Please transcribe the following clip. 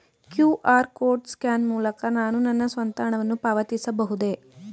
QR code scan ಮೂಲಕ ನಾನು ನನ್ನ ಸ್ವಂತ ಹಣವನ್ನು ಪಾವತಿಸಬಹುದೇ?